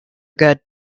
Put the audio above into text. good